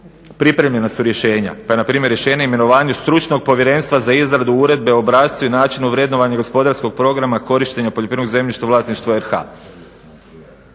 pripremljena su rješenja. Pa je npr. rješenje o imenovanju stručnog povjerenstva za izradu uredbe i obrascu i načinu vrednovanja gospodarskog programa korištenja poljoprivrednog zemljišta u vlasništvu RH.